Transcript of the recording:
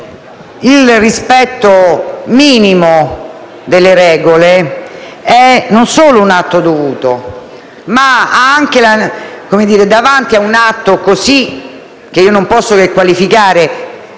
il rispetto minimo delle regole non è solo un atto dovuto. Davanti ad un atto così, che non posso che qualificare